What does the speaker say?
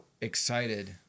excited